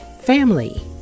Family